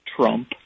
Trump